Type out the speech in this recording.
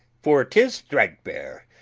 for tis thred-bare.